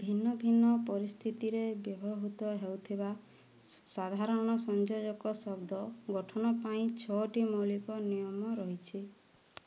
ଭିନ୍ନ ଭିନ୍ନ ପରିସ୍ଥିତିରେ ବ୍ୟବହୃତ ହେଉଥିବା ସାଧାରଣ ସଂଯୋଜକ ଶବ୍ଦ ଗଠନ ପାଇଁ ଛଅଟି ମୌଳିକ ନିୟମ ରହିଛି